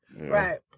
Right